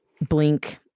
blink